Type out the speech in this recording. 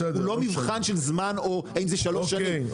לא מבחן של זמן או האם זה שלוש שנים.